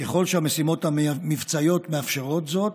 וככל שהמשימות המבצעיות מאפשרות זאת,